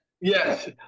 yes